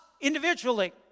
individually